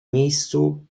miejscu